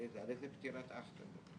רגע, על איזה פטירת אח אתה מדבר?